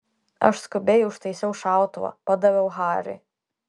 aš skubiai užtaisiau šautuvą padaviau hariui